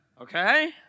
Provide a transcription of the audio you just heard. Okay